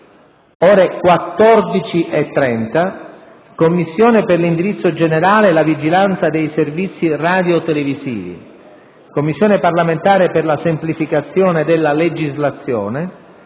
ore 14,30: Commissione per l'indirizzo generale e la vigilanza dei servizi radiotelevisivi; Commissione parlamentare per la semplificazione della legislazione;